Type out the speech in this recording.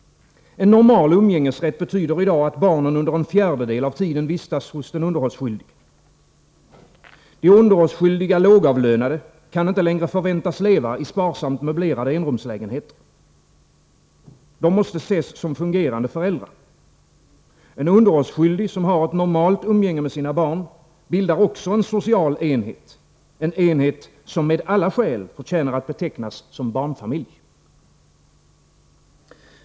En normal umgängesrätt betyder att barnen under en fjärdedel av tiden vistas hos den underhållsskyldige. De underhållsskyldiga lågavlönade kan inte längre förväntas leva i sparsamt möblerade enrumslägenheter. De måste ses som fungerande föräldrar. Också en underhållsskyldig som har ett normalt umgänge med sina barn bildar en social enhet — en enhet som med alla skäl förtjänar att betecknas som en barnfamilj.